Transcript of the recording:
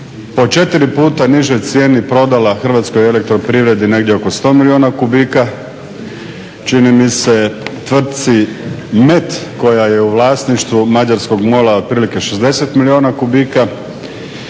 po 4 puta nižoj cijeni prodala HEP-u negdje oko 100 milijuna kubika, čini mi se Tvrtci MET koja je u vlasništvu mađarskog MOL-a otprilike 60 milijuna kubika